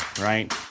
right